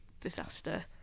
disaster